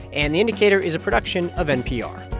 and the indicator is a production of npr